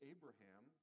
Abraham